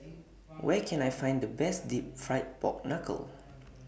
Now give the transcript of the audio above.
Where Can I Find The Best Deep Fried Pork Knuckle